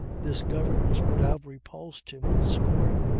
this governess would have repulsed him with scorn.